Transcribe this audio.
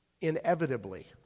inevitably